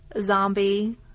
zombie